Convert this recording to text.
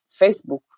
Facebook